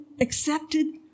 accepted